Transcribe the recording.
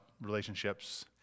relationships